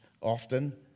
often